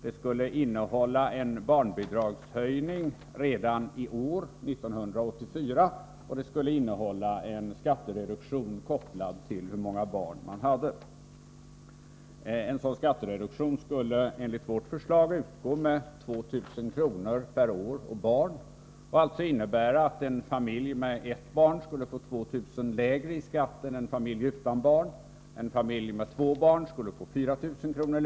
Det skulle leda till en barnbidragshöjning redan i år, 1984, och det skulle leda till en skattereduktion, kopplad till hur många barn man hade. En sådan skattereduktion skulle, enligt vårt förslag, utgå med 2 000 kr. per år och barn och alltså innebära att en familj med ett barn skulle få 2 000 kr. lägre skatt än en familj utan barn, en familj med två barn skulle få 4 000 kr.